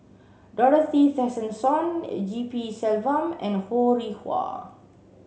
Dorothy Tessensohn G P Selvam and Ho Rih Hwa